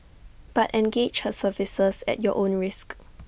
but engage her services at your own risk